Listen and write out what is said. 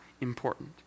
important